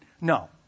No